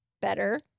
better